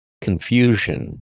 Confusion